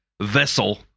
vessel